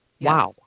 wow